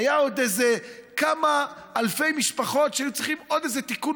היו עוד כמה אלפי משפחות שהיו צריכות עוד איזה תיקון